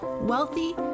wealthy